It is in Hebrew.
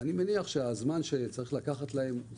ואני מניח שהזמן שצריך לקחת להם הוא